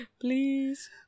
Please